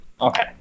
Okay